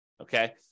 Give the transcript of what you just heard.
okay